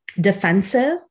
defensive